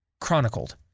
chronicled